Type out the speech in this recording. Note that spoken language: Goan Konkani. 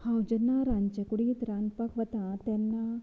हांव जेन्ना रांदचेकुडींत रांदपाक वता तेन्ना